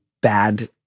bad